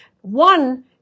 one